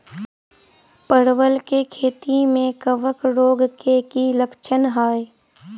परवल केँ खेती मे कवक रोग केँ की लक्षण हाय?